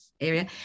area